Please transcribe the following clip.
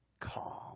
calm